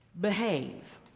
behave